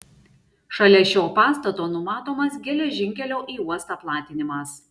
šalia šio pastato numatomas geležinkelio į uostą platinimas